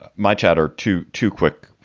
my chat or two, two quick